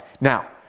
Now